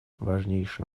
важнейшим